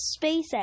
SpaceX